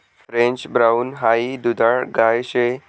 French brown high दुधाळ गाय शे